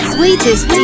Sweetest